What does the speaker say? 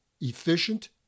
efficient